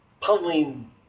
puddling